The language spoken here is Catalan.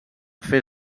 fer